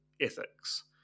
ethics